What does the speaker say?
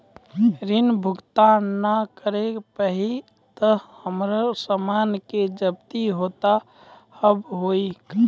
ऋण भुगतान ना करऽ पहिए तह हमर समान के जब्ती होता हाव हई का?